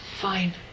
fine